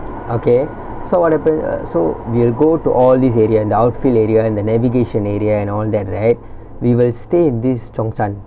okay so what happen e~ so we'll go to all these area and the outfield area and the navigation area and all that right we will stay in this zhong zhan